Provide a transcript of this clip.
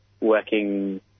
working